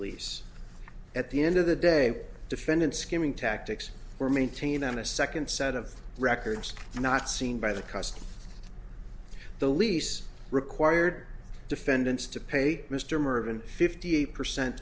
lease at the end of the day defendant skimming tactics were maintained on a second set of records not seen by the customer the lease required defendants to pay mr mervyn fifty percent